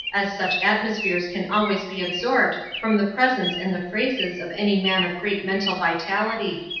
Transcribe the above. as such atmospheres can always be absorbed from the presence and the phrases of any man of great mental vitality.